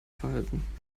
verhalten